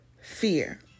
fear